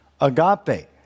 agape